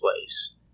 place